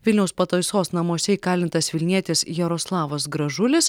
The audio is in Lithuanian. vilniaus pataisos namuose įkalintas vilnietis jaroslavas gražulis